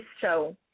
show